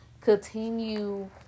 Continue